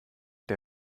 der